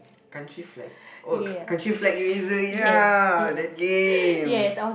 countries flag oh country flag eraser ya that game